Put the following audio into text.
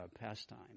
pastime